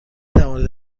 توانید